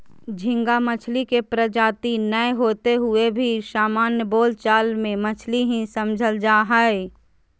झींगा मछली के प्रजाति नै होते हुए भी सामान्य बोल चाल मे मछली ही समझल जा हई